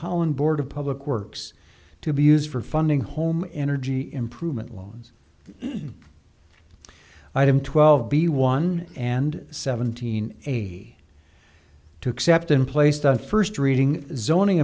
holland board of public works to be used for funding home energy improvement loans item twelve b one and seventeen to accept and placed on first reading zoning